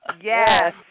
Yes